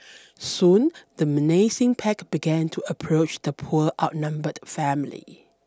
soon the menacing pack began to approach the poor outnumbered family